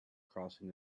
crossing